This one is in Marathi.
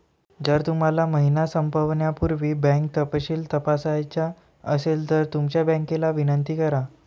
जर तुम्हाला महिना संपण्यापूर्वी बँक तपशील तपासायचा असेल तर तुमच्या बँकेला विनंती करा